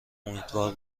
امیدوار